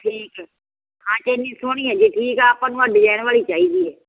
ਠੀਕ ਹੈ ਹਾਂ ਚੈਨੀ ਸੋਹਣੀ ਹੈ ਜੀ ਠੀਕ ਆ ਆਪਾਂ ਨੂੰ ਆਹ ਡਿਜ਼ਾਇਨ ਵਾਲੀ ਚਾਹੀਦੀ ਹੈ